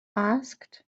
asked